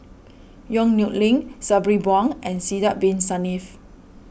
Yong Nyuk Lin Sabri Buang and Sidek Bin Saniff